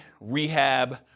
rehab